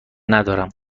ندارم